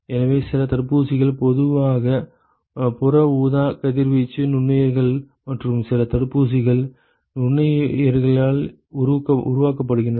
எனவே சில தடுப்பூசிகள் பொதுவாக புற ஊதா கதிர்வீச்சு நுண்ணுயிரிகள் மற்றும் சில தடுப்பூசிகள் நுண்ணுயிரிகளில் உருவாக்கப்படுகின்றன